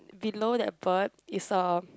below that bird is a